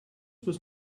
was